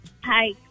Hi